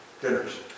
dinners